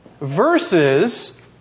Versus